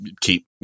keep